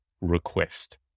request